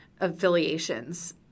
affiliations